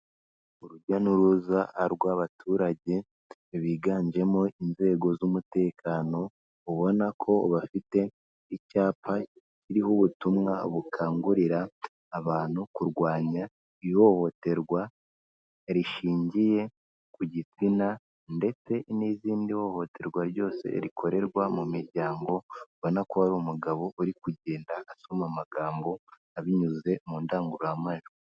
Urujya n'uruza rw'abaturage biganjemo inzego z'umutekano, ubona ko bafite icyapa kiriho ubutumwa bukangurira abantu kurwanya ihohoterwa rishingiye ku gitsina ndetse n'izindi hohoterwa ryose rikorerwa mu miryango, ubona ko ari umugabo uri kugenda asoma amagambo binyuze mu ndangururamajwi.